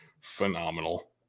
phenomenal